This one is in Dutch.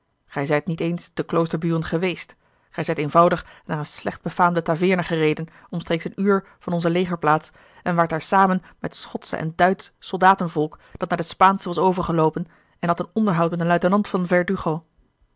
gij zijt niet eens te kloosterburen geweest gij zijt eenvoudig naar eene slecht befaamde taveerne gereden omstreeks een uur van onze legerplaats en waart daar samen met schotsch en duitsch soldatenvolk dat naar de spaanschen was overgeloopen en hadt een onderhoud met een luitenant van